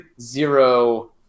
zero